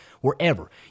wherever